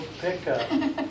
pickup